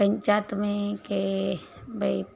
पंचयात में की भई